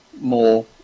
more